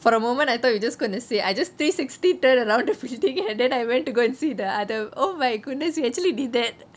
for a moment I thought you just going to say I just three sixty turn around everything then I went to go see the other oh my goodness you actually did that